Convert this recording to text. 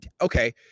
okay